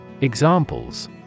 Examples